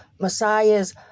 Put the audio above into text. messiahs